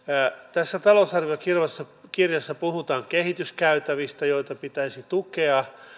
tässä talousarviokirjassa puhutaan kehityskäytävistä joita pitäisi tukea